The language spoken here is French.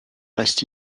reste